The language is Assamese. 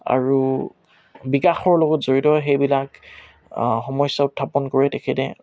আৰু বিকাশৰ লগত জড়িত হয় সেইবিলাক সমস্যা উত্থাপন কৰে তেখেতে